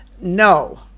no